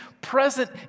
present